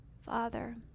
Father